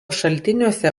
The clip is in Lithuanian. šaltiniuose